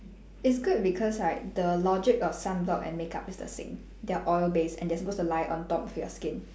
it's good because right the logic of sunblock and makeup is the same they are oil based and they are supposed to lie on top of your skin